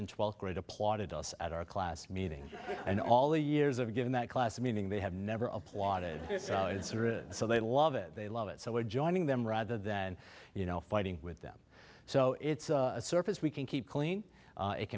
and twelfth grade applauded us at our class meeting and all the years of given that class meeting they have never applauded so they love it they love it so we're joining them rather than you know fighting with them so it's a surface we can keep clean